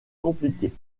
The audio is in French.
compliquée